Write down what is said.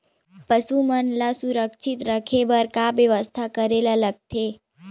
पशु मन ल सुरक्षित रखे बर का बेवस्था करेला लगथे?